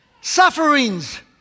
sufferings